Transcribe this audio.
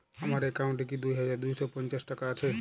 আমার অ্যাকাউন্ট এ কি দুই হাজার দুই শ পঞ্চাশ টাকা আছে?